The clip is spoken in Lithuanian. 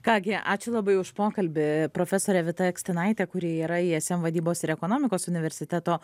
ką gi ačiū labai už pokalbį profesorė vita akstinaitė kuri yra ism vadybos ir ekonomikos universiteto